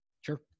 Sure